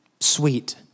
sweet